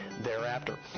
thereafter